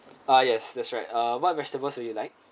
ah yes that's right uh what vegetables would you like